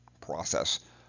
process